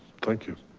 thank you